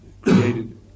created